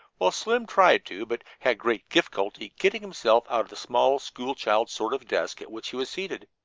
while slim tried to, but had great difficulty getting himself out of the small, school-child's sort of desk at which he was seated.